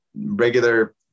regular